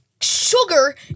sugar